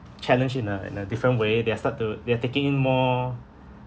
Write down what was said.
challenge in a in a different way they'll start to they are taking in more